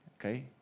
okay